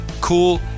cool